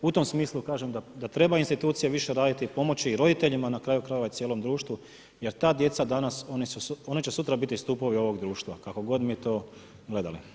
U tom smislu kažem da trebaju institucije više raditi, pomoći roditeljima, na kraju krajeva i cijelom društvo jer ta djeca danas, ona će sutra biti stupovi ovog društva kako god mi to gledali.